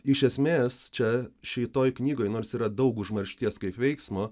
iš esmės čia šitoj knygoj nors yra daug užmaršties kaip veiksmo